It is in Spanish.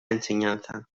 enseñanza